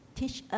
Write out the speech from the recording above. teach